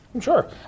Sure